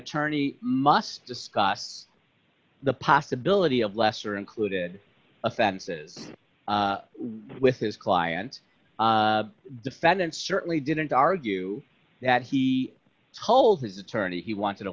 attorney must discuss the possibility of lesser included offense with his client defendant certainly didn't argue that he told his attorney he wanted a